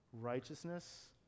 Righteousness